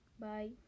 Bye